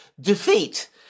defeat